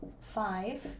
five